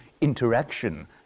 interaction